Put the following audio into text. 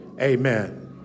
Amen